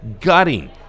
gutting